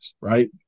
right